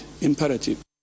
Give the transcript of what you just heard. imperative